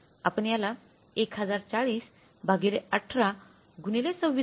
आपण याला १०४० भागिले १८ गुणिले २६